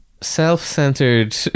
self-centered